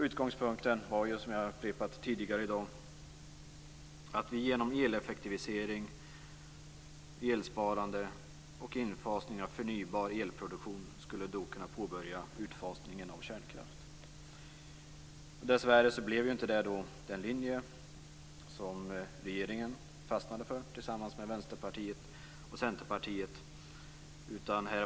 Utgångspunkten var, som jag har sagt tidigare i dag, att vi genom eleffektivisering, elsparande och infasning av förnybar elproduktion skulle kunna påbörja utfasningen av kärnkraften. Dessvärre blev inte detta den linje som regeringen tillsammans med Vänsterpartiet och Centerpartiet fastnade för.